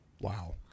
Wow